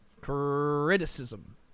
Criticism